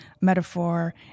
metaphor